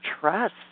trust